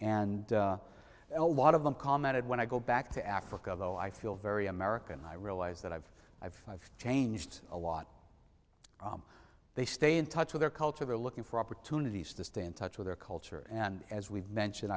and a lot of them commented when i go back to africa though i feel very american i realize that i've i've changed a lot from they stay in touch with their culture they're looking for opportunities to stay in touch with their culture and as we've mentioned